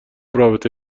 رابطه